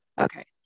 okay